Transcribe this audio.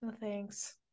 Thanks